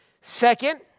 Second